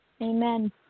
Amen